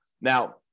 Now